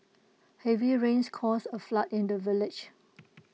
heavy rains caused A flood in the village